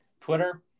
Twitter